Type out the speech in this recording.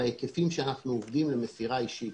אין צורך בחתימה.